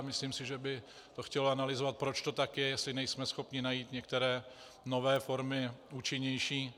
Myslím si, že by to chtělo analyzovat, proč to tak je, jestli nejsme schopni najít některé nové formy, účinnější.